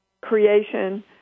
creation